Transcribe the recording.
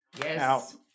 Yes